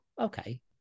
okay